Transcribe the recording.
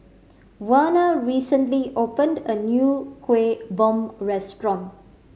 Werner recently opened a new Kueh Bom restaurant